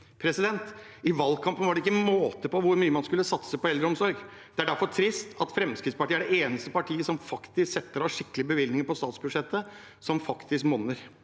kommer. I valgkampen var det ikke måte på hvor mye man skulle satse på eldreomsorg. Det er derfor trist at Fremskrittspartiet er det eneste partiet som faktisk setter av skikkelige bevilgninger på statsbudsjettet som faktisk monner.